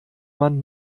man